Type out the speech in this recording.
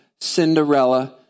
Cinderella